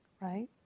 right